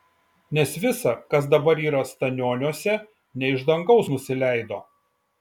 nes visa kas dabar yra stanioniuose ne iš dangaus nusileido